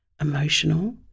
emotional